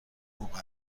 موقع